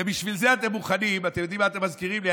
ובשביל זה אתם מוכנים אתם יודעים מה אתם מזכירים לי?